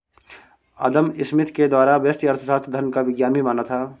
अदम Smith के द्वारा व्यष्टि अर्थशास्त्र धन का विज्ञान भी माना था